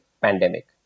pandemic